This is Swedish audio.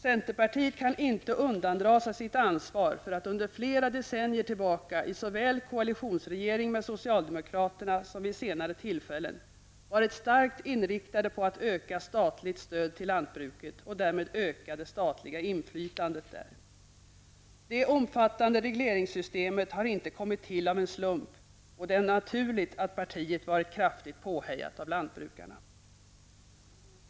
Centerpartiet kan inte undandra sig sitt ansvar för att under flera decennier tillbaka i såväl koalitionsregering med socialdemokraterna som vid senare tillfällen varit starkt inriktat på att öka statligt stöd till lantbruket och därmed öka det statliga inflytandet där. Det omfattande regleringssystemet har inte kommit till av en slump, och det är naturligt att partiet varit kraftigt påhejat av lantbrukarna.